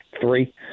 three